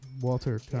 Walter